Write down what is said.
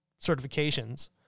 certifications